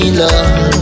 love